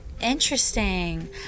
Interesting